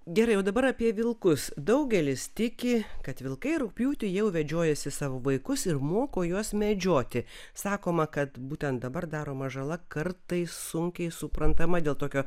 gerai o dabar apie vilkus daugelis tiki kad vilkai rugpjūtį jau vedžiojasi savo vaikus ir moko juos medžioti sakoma kad būtent dabar daroma žala kartais sunkiai suprantama dėl tokio